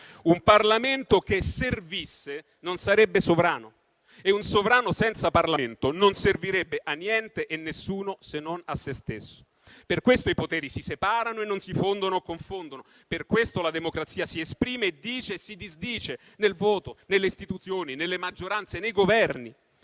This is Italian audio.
un Parlamento che servisse non sarebbe sovrano, e un sovrano senza Parlamento non servirebbe a niente e a nessuno se non a se stesso. Per questo i poteri si separano e non si fondono e confondono. Per questo la democrazia si esprime, dice e si disdice nel voto, nelle istituzioni, nelle maggioranze, nei Governi.